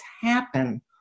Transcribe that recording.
happen